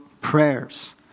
prayers